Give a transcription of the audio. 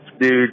Dude